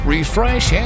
Refresh